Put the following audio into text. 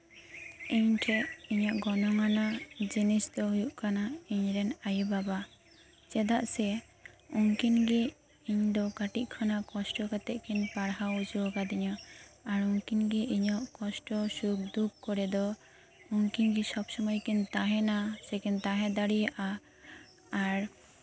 ᱤᱧᱴᱷᱮᱱ ᱤᱧᱟᱹᱜ ᱜᱚᱱᱚᱝ ᱟᱱᱟᱜ ᱡᱤᱱᱤᱥ ᱫᱚ ᱦᱩᱭᱩᱜ ᱠᱟᱱᱟ ᱤᱧᱨᱮᱱ ᱟᱭᱳ ᱵᱟᱵᱟ ᱪᱮᱫᱟᱜ ᱥᱮ ᱩᱱᱠᱤᱱ ᱜᱤ ᱤᱧ ᱫᱚ ᱠᱟᱹᱴᱤᱡ ᱠᱷᱚᱱᱟᱜ ᱠᱚᱥᱴᱚ ᱠᱟᱛᱮᱫ ᱠᱤᱱ ᱯᱟᱲᱦᱟᱣ ᱦᱚᱪᱚ ᱟᱠᱟᱫᱤᱧᱟᱹ ᱟᱨ ᱩᱱᱠᱤᱱ ᱜᱮ ᱤᱧᱟᱹᱜ ᱠᱚᱥᱴᱚ ᱥᱩᱠᱷ ᱫᱷᱩᱠᱷ ᱠᱚᱨᱮ ᱫᱚ ᱩᱱᱠᱤᱱ ᱜᱮ ᱥᱚᱵᱥᱚᱢᱚᱭ ᱠᱤᱱ ᱛᱟᱦᱮᱱᱟ ᱥᱮ ᱠᱤᱱ ᱛᱟᱦᱮᱸ ᱫᱟᱲᱮᱭᱟᱜᱼᱟ ᱟᱨ